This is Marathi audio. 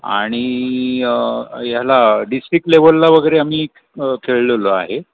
आणि ह्याला डिस्ट्रिक्ट लेवलला वगैरे आम्ही खेळलेलो आहे